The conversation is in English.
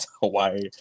Hawaii